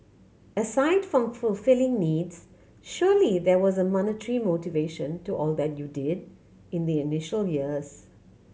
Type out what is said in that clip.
aside from fulfilling needs surely there was a monetary motivation to all that you did in the initial years